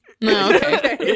No